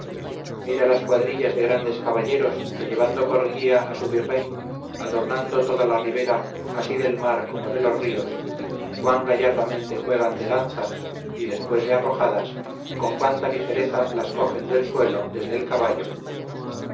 mira las cuadrillas de grandes caballeros que llevando por guía a su virrey adornando toda la ribera así del mar como de los ríos cuán gallardamente juegan de lanzas y después de arrojadas con cuánta ligereza las cogen del suelo desde el caballo